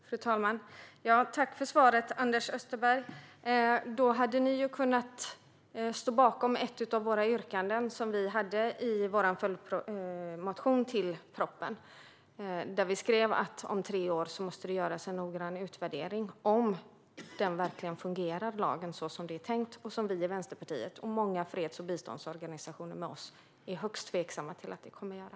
Fru talman! Tack för svaret, Anders Österberg! Då hade ni ju kunnat ställa er bakom ett av våra yrkanden i vår följdmotion till propositionen. Där skrev vi att det måste göras en noggrann utvärdering om tre år av om lagen verkligen fungerar så som det är tänkt - något som vi i Vänsterpartiet och många freds och biståndsorganisationer med oss är högst tveksamma till att den kommer att göra.